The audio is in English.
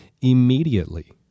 immediately